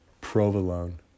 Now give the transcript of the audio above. Provolone